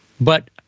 But-